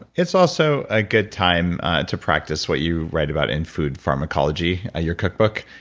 it's also a good time to practice what you write about in food pharmacology, your cookbook.